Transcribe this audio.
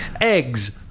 eggs